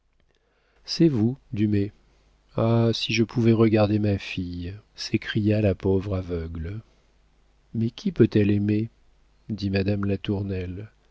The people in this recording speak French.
c'est vous dumay ah si je pouvais regarder ma fille s'écria la pauvre aveugle mais qui peut-elle aimer dit madame latournelle